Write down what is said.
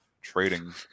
trading